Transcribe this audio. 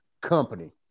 company